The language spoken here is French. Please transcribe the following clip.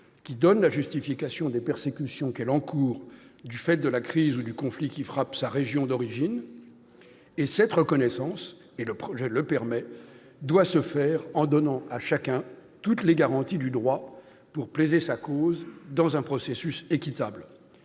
apportant la justification des persécutions qu'elle encourt du fait d'une crise ou d'un conflit dans sa région d'origine. Cette reconnaissance, et le projet de loi le permet, doit se faire en donnant à chacun toutes les garanties du droit pour plaider sa cause dans un processus équitable.